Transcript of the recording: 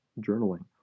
journaling